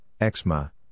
eczema